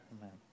Amen